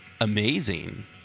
Amazing